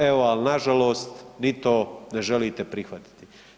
Evo, al nažalost ni to ne želite prihvatiti.